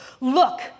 Look